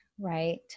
right